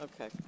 Okay